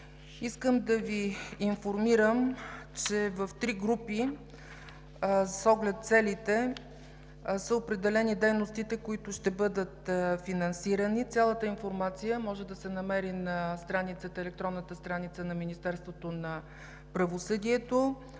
Искам да Ви информирам, че в три групи, с оглед целите, са определени дейностите, които ще бъдат финансирани. Цялата информация може да се намери на електронната страница, на Министерството на правосъдието.